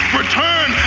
return